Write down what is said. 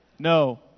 No